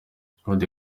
claude